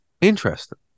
Interesting